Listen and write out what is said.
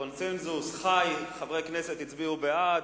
קונסנזוס: ח"י חברי כנסת הצביעו בעד,